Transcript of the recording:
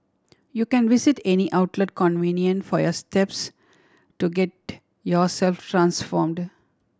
you can visit any outlet convenient for your steps to get yourself transformed